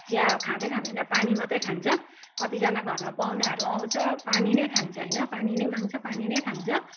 चिया खाँदै खाँदैन पानी मात्रै खान्छ कतिजना घरमा पाहुनाहरू आउँछ पानी नै खान्छ होइन पानी नै माग्छ पानी नै खान्छ